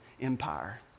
Empire